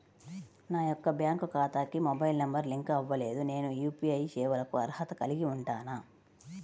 నా యొక్క బ్యాంక్ ఖాతాకి మొబైల్ నంబర్ లింక్ అవ్వలేదు నేను యూ.పీ.ఐ సేవలకు అర్హత కలిగి ఉంటానా?